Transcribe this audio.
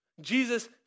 Jesus